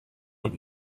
und